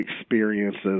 experiences